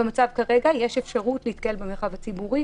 במצב הנוכחי יש אפשרות להתקהל במרחב הציבורי.